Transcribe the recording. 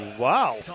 Wow